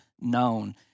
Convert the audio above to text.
known